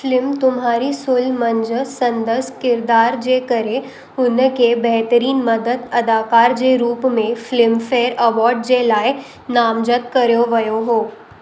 film Tumhari Sulu मंझि संदसि किरिदार जे करे हुन खे बहितरीन मदद अदाकार जे रूप में फ़िल्मफ़ेयर अवॉर्ड जे लाइ नामज़दु कयो वियो हुओ